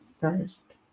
first